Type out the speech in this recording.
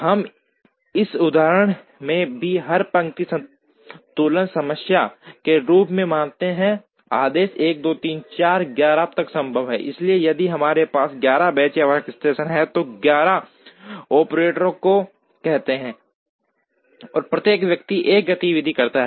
हम इस उदाहरण में भी हर पंक्ति संतुलन समस्या के रूप में मानते हैं आदेश 1 2 3 4 11 तक संभव है इसलिए यदि हमारे पास 11 बेंच या वर्कस्टेशन हैं जो 11 ऑपरेटरों को कहते हैं और प्रत्येक व्यक्ति 1 गतिविधि करता है